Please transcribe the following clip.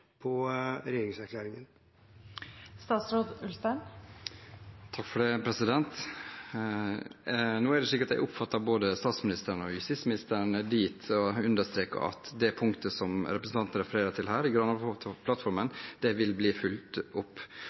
det gjelder regjeringserklæringen? Jeg oppfattet både statsministeren og justisministeren dit og understreker at det punktet som representanten refererer til i Granavolden-plattformen, vil bli fulgt opp. Som jeg selv har gitt uttrykk for, finnes det